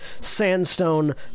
sandstone